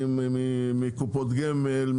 מקופות גמל,